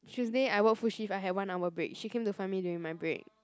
Tuesday I work full shift I have one hour break she came to find me during my break